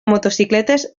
motocicletes